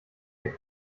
der